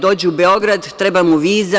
Dođe u Beograd, treba mu viza.